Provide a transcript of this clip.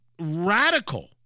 radical